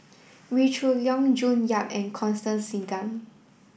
Wee Shoo Leong June Yap and Constance Singam